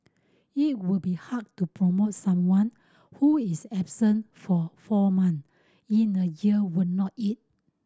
it would be hard to promote someone who is absent for four months in a year would not it